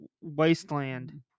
wasteland